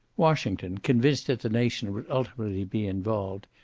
washington, convinced that the nation would ultimately be involved,